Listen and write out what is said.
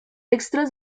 extra